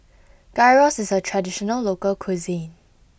Gyros is a traditional local cuisine